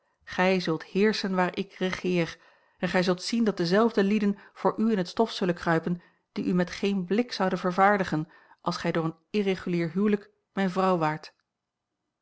gij zult heerschen waar ik regeer en gij zult zien dat dezelfde lieden voor u in het stof zullen kruipen die u met geen blik zouden verwaardigen als gij door een irregulier huwelijk mijne vrouw waart